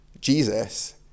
Jesus